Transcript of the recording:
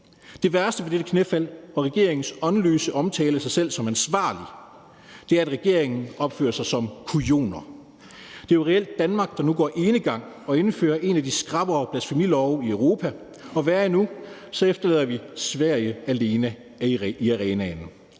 Det værste ved dette knæfald og regeringens åndløse omtale af sig selv som ansvarlig er, at regeringen opfører sig som kujoner. Det er jo reelt Danmark, der nu går enegang og indfører en af de skrappere blasfemilove i Europa, og værre endnu efterlader vi Sverige alene i arenaen.